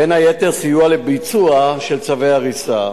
בין היתר סיוע לביצוע של צווי הריסה.